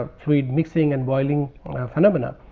ah fluid mixing and boiling phenomena.